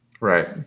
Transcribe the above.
Right